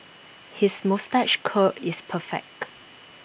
his moustache curl is perfect